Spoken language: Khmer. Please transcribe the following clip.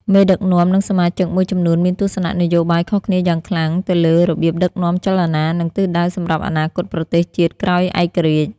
មេដឹកនាំ និងសមាជិកមួយចំនួនមានទស្សនៈនយោបាយខុសគ្នាយ៉ាងខ្លាំងទៅលើរបៀបដឹកនាំចលនា និងទិសដៅសម្រាប់អនាគតប្រទេសជាតិក្រោយឯករាជ្យ។